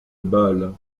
balle